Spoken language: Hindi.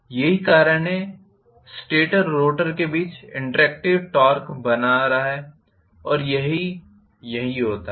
यही आखिरकार स्टेटर और रोटर के बीच इंटरेक्टिव टॉर्क बना रहा है और यहाँ यही होता है